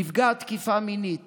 נפגעת תקיפה מינית